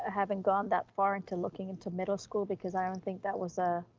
ah haven't gone that far into looking into middle school, because i don't think that was ah